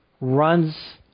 runs